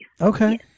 Okay